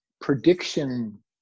prediction